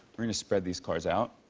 we're gonna spread these cards out.